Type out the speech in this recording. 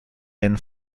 den